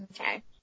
Okay